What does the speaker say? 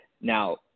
Now